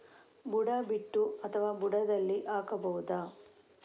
ಬುಡ ಬಿಟ್ಟು ಅಥವಾ ಬುಡದಲ್ಲಿ ಹಾಕಬಹುದಾ?